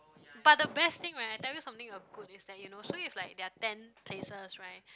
but the best thing right I tell you something of good is that you know so if like there are ten places right